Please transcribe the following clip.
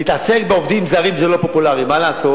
להתעסק בעובדים זרים זה לא פופולרי, מה לעשות?